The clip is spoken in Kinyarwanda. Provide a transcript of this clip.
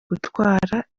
gutwara